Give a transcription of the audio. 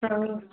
ਹਾਂ